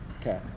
Okay